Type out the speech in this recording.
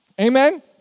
Amen